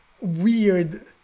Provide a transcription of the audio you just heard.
weird